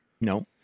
No